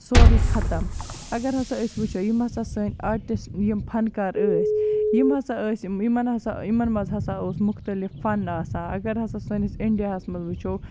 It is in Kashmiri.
سورٕے ختٕم اَگَر ہَسا أسۍ وٕچھو یِم ہَسا سٲنٛۍ آرٹِس یِم فنکار ٲسۍ یِم ہَسا ٲسۍ یِم یِمَن ہَسا یِمَن مَنٛز ہَسا اوس مُختٔلِف فَن آسا اَگَر ہَسا سٲنِس اِنڑیا ہَس مَنٛز وٕچھو